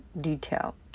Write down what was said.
detail